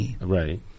Right